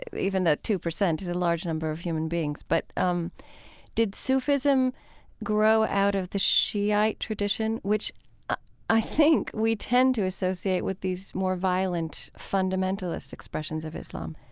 even though two percent isn't a large number of human beings. but um did sufism grow out of the shiite tradition, which i think we tend to associate with these more violent, fundamentalist expressions of islam?